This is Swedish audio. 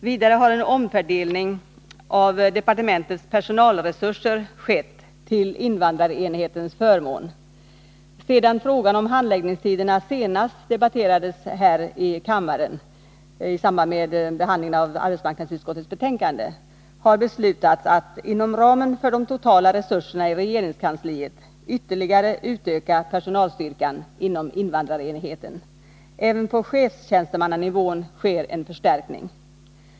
Vidare har en omfördelning av departementets personalresurser skett till invandrarenhetens förmån. Sedan frågan om handläggningstiderna senast debatterades här i kammaren i samband med behandlingen av arbetsmarknadsutskottets betänkande har beslutats att, inom ramen för de totala resurserna i regeringskansliet, ytterligare utöka personalstyrkan inom invandrarenheten. Även på chefstjänstemannanivån sker en förstärkning.